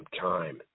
time